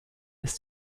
ist